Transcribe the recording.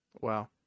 Wow